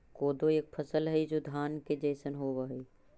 कोदो एक फसल हई जो धान के जैसन होव हई